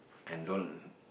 and don't